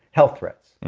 health threats.